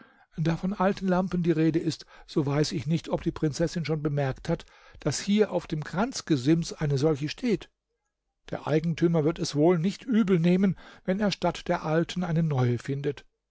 da von alten lampen die rede ist so weiß ich nicht ob die prinzessin schon bemerkt hat daß hier auf dem kranzgesims eine solche steht der eigentümer wird es wohl nicht übel nehmen wenn er statt der alten eine neue findet